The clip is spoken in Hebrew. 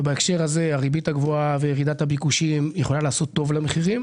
ובהקשר הזה הריבית הגבוהה וירידת הביקושים יכולה לעשות טוב למחירים.